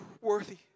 Worthy